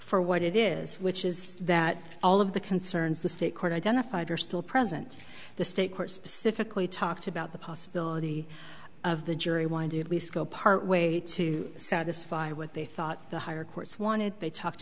for what it is which is that all of the concerns the state court identified are still present the state court specifically talked about the possibility of the jury wind at least go part way to satisfy what they thought the higher courts wanted they talked